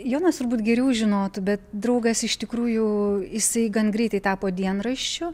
jonas turbūt geriau žinotų bet draugas iš tikrųjų jisai gan greitai tapo dienraščiu